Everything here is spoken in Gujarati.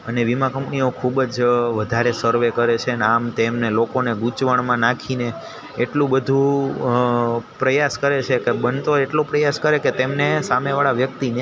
અને વીમા કંપનીઓ ખૂબ જ વધારે સર્વે કરે છે ને આમ તેમને લોકોને ગૂંચવણમાં નાખીને એટલું બધું પ્રયાસ કરે છે કે બનતો એટલો પ્રયાસ કરે કે તેમને સામે વાળા વ્યક્તિને